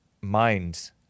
minds